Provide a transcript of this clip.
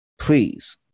Please